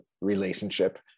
relationship